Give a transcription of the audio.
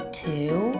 two